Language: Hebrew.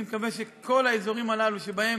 אני מקווה שכל האזורים הללו שאותם